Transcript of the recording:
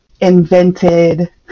invented